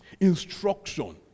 Instruction